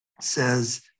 says